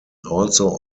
also